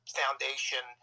foundation